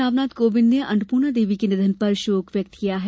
राष्ट्रपति रामनाथ कोविन्द ने अन्नपूर्णा देवी के निधन पर शोक व्यक्त किया है